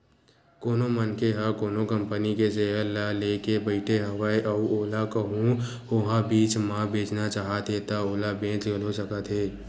कोनो मनखे ह कोनो कंपनी के सेयर ल लेके बइठे हवय अउ ओला कहूँ ओहा बीच म बेचना चाहत हे ता ओला बेच घलो सकत हे